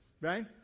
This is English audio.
right